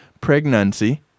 pregnancy